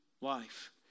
life